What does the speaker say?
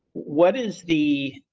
what is the.